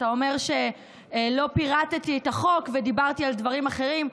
אתה אומר שלא פירטתי את החוק ודיברתי על דברים אחרים.